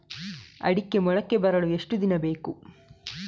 ಅಡಿಕೆ ಮೊಳಕೆ ಬರಲು ಎಷ್ಟು ದಿನ ಬೇಕು?